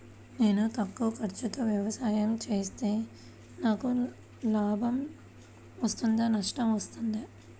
నేను తక్కువ ఖర్చుతో వ్యవసాయం చేస్తే నాకు లాభం వస్తుందా నష్టం వస్తుందా?